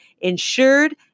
insured